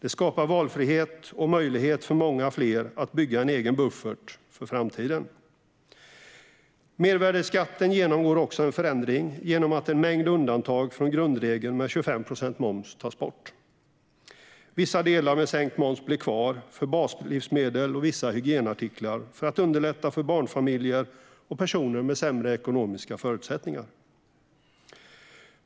Det skapar valfrihet och möjlighet för många fler att bygga en egen buffert för framtiden. Mervärdesskatten genomgår också en förändring genom att en mängd undantag från grundregeln med 25 procents moms tas bort. Vissa delar med sänkt moms blir kvar för baslivsmedel och vissa hygienartiklar för att underlätta för barnfamiljer och personer med sämre ekonomiska förutsättningar.